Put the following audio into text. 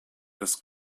das